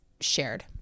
shared